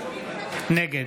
נגד